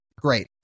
Great